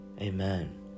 amen